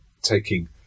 Taking